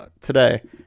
today